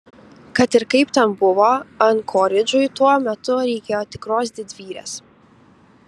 kad ir kaip ten buvo ankoridžui tuo metu reikėjo tikros didvyrės